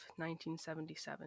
1977